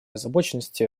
озабоченности